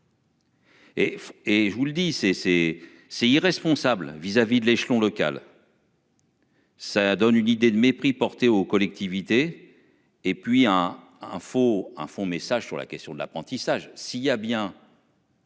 et je vous le dis c'est c'est c'est irresponsable vis-à-vis de l'échelon local.-- Ça donne une idée de mépris porté aux collectivités et puis un, un faux un faux message sur la question de l'apprentissage, s'il y a bien.